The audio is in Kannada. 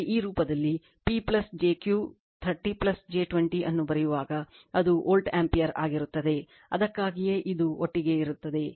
ಆದರೆ ಈ ರೂಪದಲ್ಲಿ P jQ 30 j 20 ಅನ್ನು ಬರೆಯುವಾಗ ಅದು ವೋಲ್ಟ್ ಆಂಪಿಯರ್ ಆಗಿರುತ್ತದೆ ಅದಕ್ಕಾಗಿಯೇ ಇದು ಒಟ್ಟಿಗೆ ಇರುತ್ತದೆ